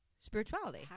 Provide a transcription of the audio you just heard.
Spirituality